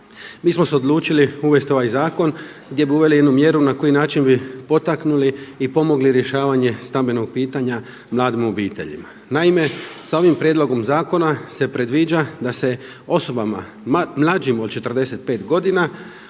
Mi smo se odlučili uvesti ovaj zakon gdje bi uveli jednu mjeru na koji način bi potaknuli i pomogli rješavanje stambenog pitanja mladim obiteljima. Naime, sa ovim prijedlogom zakona se predviđa da se osobama mlađim od 45 godina